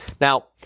Now